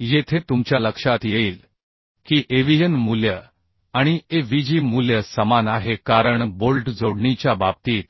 येथे तुमच्या लक्षात येईल की avn मूल्य आणि avg मूल्य समान आहे कारण बोल्ट जोडणीच्या बाबतीत